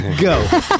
Go